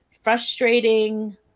frustrating